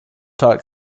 taught